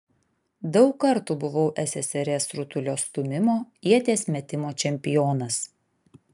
daug kartų buvau ssrs rutulio stūmimo ieties metimo čempionas